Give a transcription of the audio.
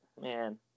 Man